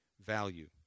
value